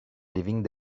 living